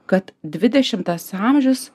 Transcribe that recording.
kad dvidešimtas amžius